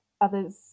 others